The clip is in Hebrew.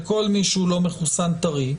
לכל מי שהוא לא מחוסן טרי.